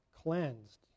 cleansed